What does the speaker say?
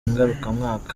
ngarukamwaka